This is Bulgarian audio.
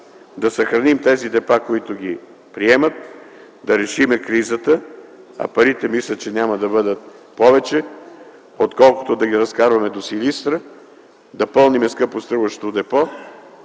да съхраним тези депа, които ги приемат, да решим кризата, а мисля, че парите няма да бъдат повече отколкото да ги разкарваме до Силистра, да пълним скъпоструващо депо